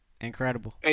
Incredible